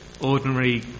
ordinary